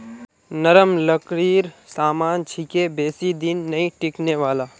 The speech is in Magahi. नरम लकड़ीर सामान छिके बेसी दिन नइ टिकने वाला